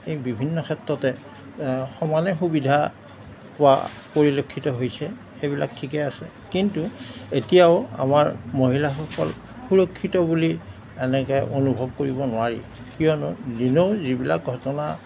এই বিভিন্ন ক্ষেত্ৰতে সমানে সুবিধা পোৱা পৰিলক্ষিত হৈছে সেইবিলাক ঠিকে আছে কিন্তু এতিয়াও আমাৰ মহিলাসকল সুৰক্ষিত বুলি এনেকৈ অনুভৱ কৰিব নোৱাৰি কিয়নো দিনৌ যিবিলাক ঘটনা